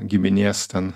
giminės ten